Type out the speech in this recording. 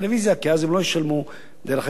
כי אז הם לא ישלמו דרך אגרת הרכב.